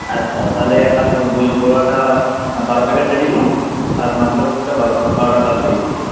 আচ্ছা তাহলে এক কাজ করুন দই বড়াটা বারো প্যাকেট রেডি করুন আর মাশলা গুপ্টা বারো বারোটা গ্লাস রেডি করুন